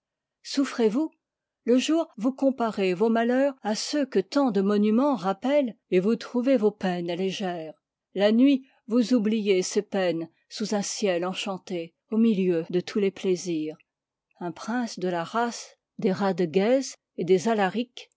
souffrez-vous le jour vous comparez vos malheurs à ceux que tant de monumens rappellent et vous trouvez vos peines légères la nuit vous oubliez ces peines sous im ciel enchanté au milieu de tous les plaisirs un prince de la race des radegaise et des alaric